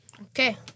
Okay